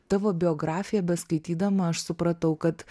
tavo biografija beskaitydama aš supratau kad